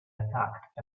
attacked